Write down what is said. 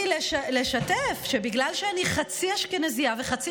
לשתף שבגלל שאני חצי אשכנזייה וחצי